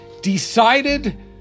decided